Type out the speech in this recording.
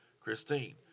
Christine